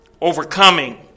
overcoming